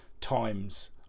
times